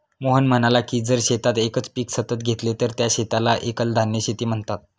मोहन म्हणाला की जर शेतात एकच पीक सतत घेतले तर त्या शेताला एकल धान्य शेती म्हणतात